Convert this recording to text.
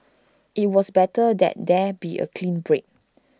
IT was better that there be A clean break